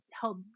help